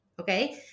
Okay